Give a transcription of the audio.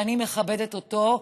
ואני מכבדת אותו,